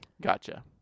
Gotcha